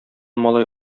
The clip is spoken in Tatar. малай